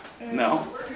No